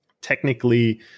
technically